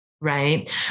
right